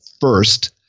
first